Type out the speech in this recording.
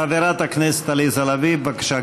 חברת הכנסת עליזה לביא, בבקשה,